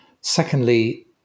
secondly